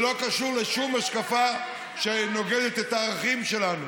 זה לא קשור לשום השקפה שנוגדת את הערכים שלנו.